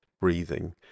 breathing